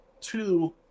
Two